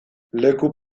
leku